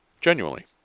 genuinely